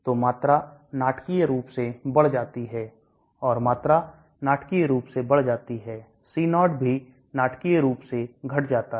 तो मात्रा नाटकीय रूप से बढ़ जाती है और मात्रा नाटकीय रूप से बढ़ जाती है C0 भी नाटकीय रूप से घट जाता है